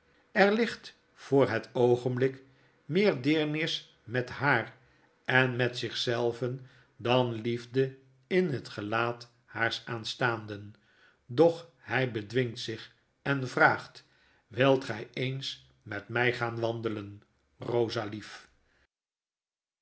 er ligt voor het oogenblik meer deernis met haar en met zich zelven dan liefde inhetgelaat haars aanstaanden doch hy bedwingt zich en vraagt wilt gy eens met my gaan wandel